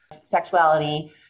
sexuality